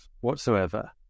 whatsoever